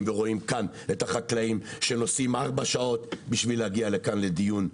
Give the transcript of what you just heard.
ורואים כאן את החקלאים שנוסעים ארבע שעות כדי להגיע לכאן לדיון.